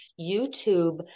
YouTube